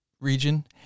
region